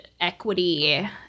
equity